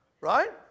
right